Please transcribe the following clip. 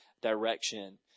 direction